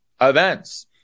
events